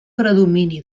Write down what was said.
predomini